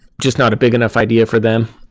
just not a big enough idea for them.